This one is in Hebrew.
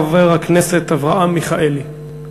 חבר הכנסת אברהם מיכאלי.